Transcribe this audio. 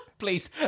Please